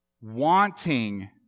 Wanting